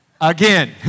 Again